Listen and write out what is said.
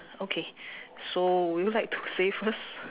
okay so would you like to say first